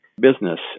business